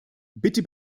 bitte